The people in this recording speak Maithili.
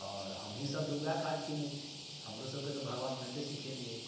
आओर हमहीं सभ तऽ वएह काज केने छी हमरो सभके तऽ भगवान ओनाहिते सिखेने अइ